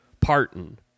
Parton